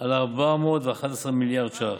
על 411 מיליארד שקלים,